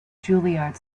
juilliard